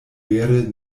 vere